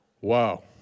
Wow